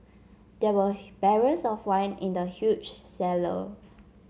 there were barrels of wine in the huge cellar